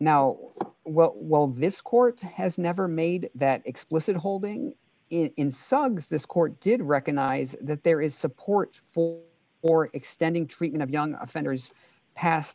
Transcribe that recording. now while this court has never made that explicit holding in suggs this court did recognize that there is support for or extending treatment of young offenders past